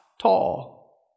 tall